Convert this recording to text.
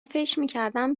فکرمیکردم